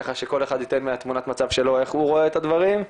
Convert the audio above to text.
ככה שכל אחד ייתן מהתמונת מצב שלו איך הוא רואה את הדברים.